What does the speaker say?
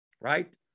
right